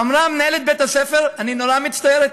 אמרה מנהלת בית-הספר: אני נורא מצטערת,